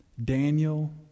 Daniel